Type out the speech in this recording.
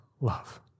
love